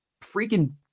freaking